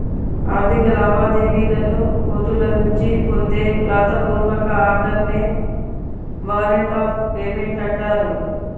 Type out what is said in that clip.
ఆర్థిక లావాదేవీలలో కోర్టుల నుంచి పొందే వ్రాత పూర్వక ఆర్డర్ నే వారెంట్ ఆఫ్ పేమెంట్ అంటారు